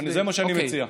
זה מה שאני מציע.